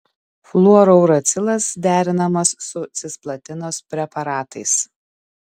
fluorouracilas derinamas su cisplatinos preparatais